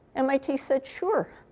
mit said, sure,